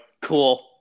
cool